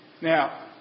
Now